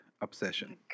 obsession